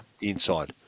inside